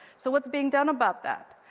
so, what's being done about that?